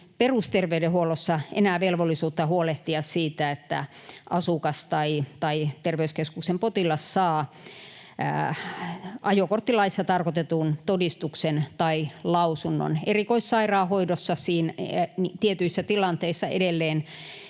perusterveydenhuollossa enää velvollisuutta huolehtia siitä, että asukas tai terveyskeskuksen potilas saa ajokorttilaissa tarkoitetun todistuksen tai lausunnon. Erikoissairaanhoidossa tietyissä tilanteissa edelleen